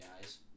guys